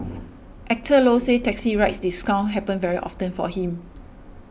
Actor Low says taxi ride discounts happen very often for him